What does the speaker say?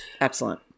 Excellent